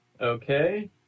Okay